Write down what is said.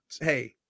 hey